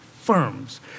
firms